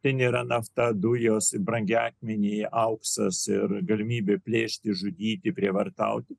tai nėra nafta dujos brangakmeniai auksas ir galimybė plėšti žudyti prievartauti